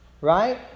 right